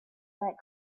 that